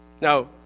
Now